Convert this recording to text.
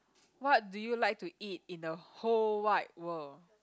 what do you like to eat in the whole wide world